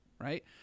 Right